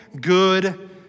good